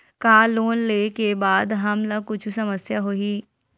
का लोन ले के बाद हमन ला कुछु समस्या होही?